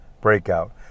breakout